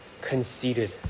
conceited